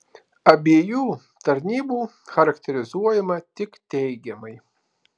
abiejų tarnybų charakterizuojama tik teigiamai